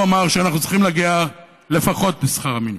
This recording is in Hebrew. הוא אמר שאנחנו צריכים להגיע לפחות לשכר המינימום.